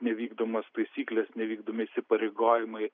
nevykdomos taisyklės nevykdomi įsipareigojimai